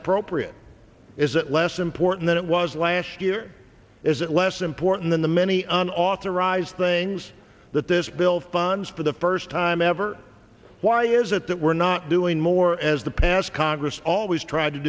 appropriate is that less important than it was last year is it less important than the many unauthorised things that this bill funds for the first time ever why is it that we're not doing more as the past congress always tried to